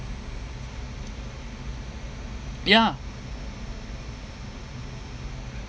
ya